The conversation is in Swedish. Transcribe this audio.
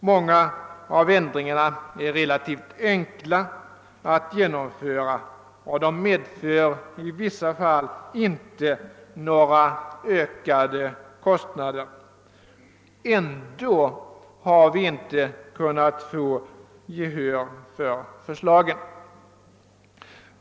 Många av ändringarna är relativt enkla att genomföra, och de medför i vissa fall inte några ökade kostnader. Ändå har vi inte kunnat få gehör för förslagen.